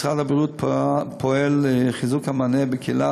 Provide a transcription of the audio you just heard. משרד הבריאות פועל לחיזוק המענה בקהילה